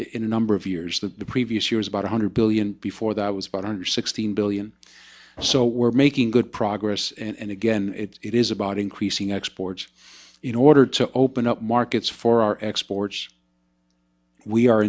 in a number of years that the previous year is about one hundred billion before that was brought under sixteen billion so we're making good progress and again it is about increasing exports in order to open up markets for our exports we are